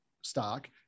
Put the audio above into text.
stock